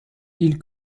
hill